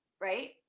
right